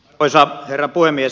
arvoisa herra puhemies